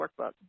workbook